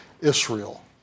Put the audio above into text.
Israel